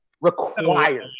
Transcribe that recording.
required